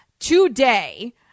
Today